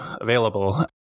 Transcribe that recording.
available